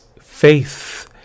faith